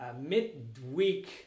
midweek